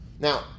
Now